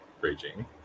raging